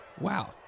Wow